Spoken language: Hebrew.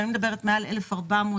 1,400 עובדים,